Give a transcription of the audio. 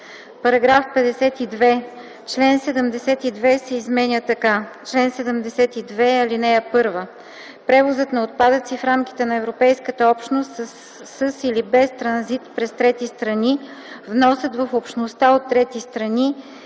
§ 52. Член 72 се изменя така: „Чл. 72. (1) Превозът на отпадъци в рамките на Европейската общност със или без транзит през трети страни, вносът в Общността от трети страни,